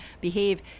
behave